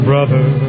Brother